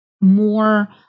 More